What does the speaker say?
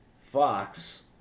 Fox